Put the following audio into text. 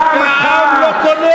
פעם אחת תתמודד.